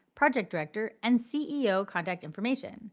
project director and ceo contact information